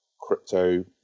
crypto